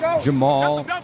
Jamal